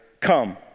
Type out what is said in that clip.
Come